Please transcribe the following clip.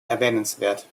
erwähnenswert